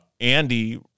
Andy